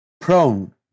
prone